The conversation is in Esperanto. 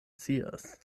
scias